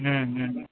हं हं